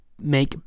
make